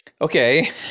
okay